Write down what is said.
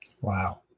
Wow